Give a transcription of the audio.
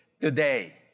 today